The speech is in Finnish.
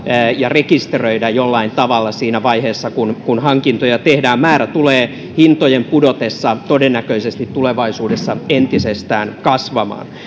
ja rekisteröidä jollain tavalla siinä vaiheessa kun kun hankintoja tehdään määrä tulee hintojen pudotessa todennäköisesti tulevaisuudessa entisestään kasvamaan